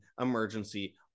emergency